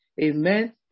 Amen